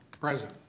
Present